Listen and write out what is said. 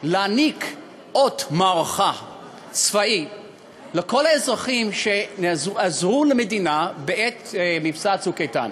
להעניק אות מערכה צבאי לכל האזרחים שעזרו למדינה בעת מבצע "צוק איתן".